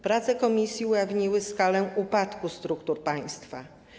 Prace komisji ujawniły skalę upadku struktur państwa.